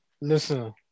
Listen